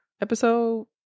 Episode